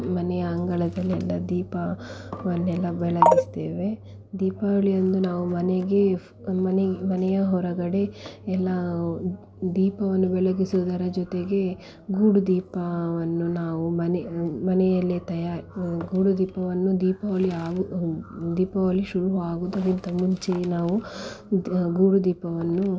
ಮನೆಯ ಅಂಗಳದಲ್ಲೆಲ್ಲ ದೀಪವನ್ನೆಲ್ಲ ಬೆಳಗಿಸ್ತೇವೆ ದೀಪಾವಳಿಯಂದು ನಾವು ಮನೆಗೆ ಮನೆ ಮನೆಯ ಹೊರಗಡೆ ಎಲ್ಲ ದೀಪವನ್ನು ಬೆಳಗಿಸೋದರ ಜೊತೆಗೆ ಗೂಡು ದೀಪವನ್ನು ನಾವು ಮನೆ ಮನೆಯಲ್ಲೇ ತಯಾರು ಗೂಡು ದೀಪವನ್ನು ದೀಪಾವಳಿ ಹಾಗೂ ದೀಪಾವಳಿ ಶುರು ಆಗೋದಕ್ಕಿಂತ ಮುಂಚೆ ನಾವು ಗೂಡು ದೀಪವನ್ನು